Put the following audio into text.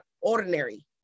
ordinary